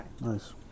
Nice